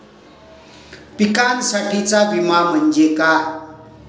पिकांसाठीचा विमा म्हणजे काय?